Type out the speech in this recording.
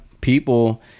people